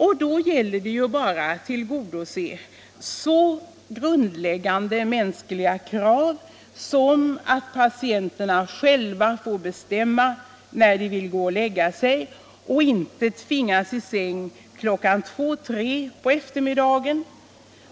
Och då gäller det ju bara att tillgodose så grundläggande mänskliga krav som att patienterna själva får bestämma när de vill gå och lägga sig och inte tvingas i säng klockan två eller tre på eftermiddagen,